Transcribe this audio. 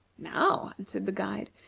now, answered the guide.